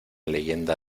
leyenda